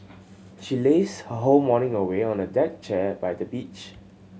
she lazed her whole morning away on a deck chair by the beach